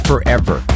forever